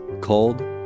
called